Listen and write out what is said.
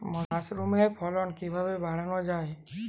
মাসরুমের ফলন কিভাবে বাড়ানো যায়?